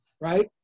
right